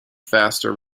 faster